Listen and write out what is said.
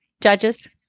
Judges